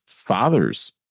Father's